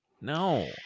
no